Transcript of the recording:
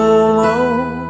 alone